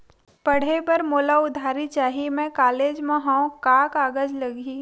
पढ़े बर मोला उधारी चाही मैं कॉलेज मा हव, का कागज लगही?